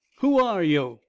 who are yo'?